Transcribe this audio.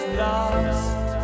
lost